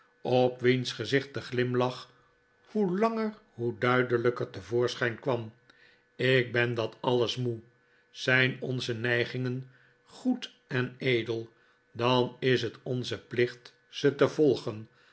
op wiens gezicht de glimlach hoe langer hoe duidelijker te voorschijn kwam ik ben dat alles moe zijn onze neigingen goed en edel dan is het onze plicht ze te volgen